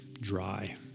dry